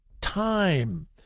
time